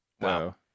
Wow